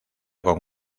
con